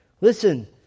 Listen